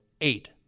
eight